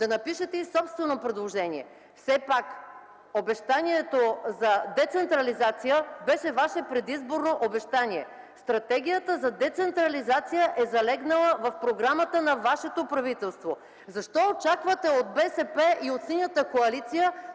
да напишете и собствено предложение. Все пак обещанието за децентрализация беше ваше предизборно обещание. Стратегията за децентрализация е залегнала в програмата на вашето правителство. Защо очаквате от БСП и Синята коалиция